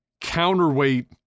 counterweight